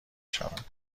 شود